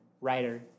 writer